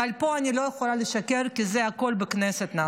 פה אני לא יכולה לשקר, כי הכול נעשה בכנסת.